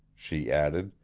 she added,